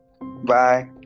Bye